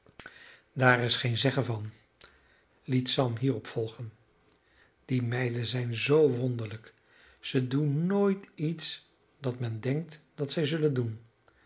daar is geen zeggen van liet sam hierop volgen die meiden zijn zoo wonderlijk zij doen nooit iets dat men denkt dat zij zullen doen